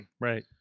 Right